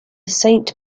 saint